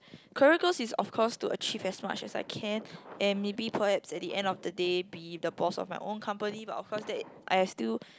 career goals is of course to achieve as much as I can and maybe perhaps at the end of the day be the boss of my own company but of course that I still